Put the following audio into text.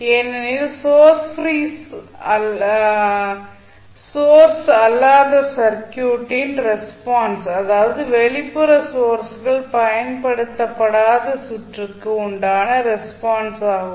ஏனெனில் source free source அல்லாத சர்க்யூட்டின் ரெஸ்பான்ஸ் அதாவது வெளிப்புற சோர்ஸ்கள் பயன்படுத்தப்படாத சுற்றுக்கு உண்டான ரெஸ்பான்ஸாகும்